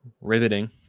Riveting